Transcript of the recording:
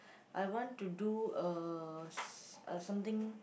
I want to do uh s~ uh something